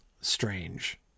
strange